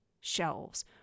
shelves